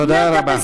תודה רבה.